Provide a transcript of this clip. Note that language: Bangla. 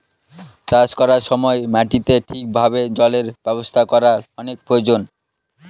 চাষ করার সময় মাটিতে ঠিক ভাবে জলের ব্যবস্থা করার অনেক প্রয়োজন